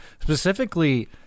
specifically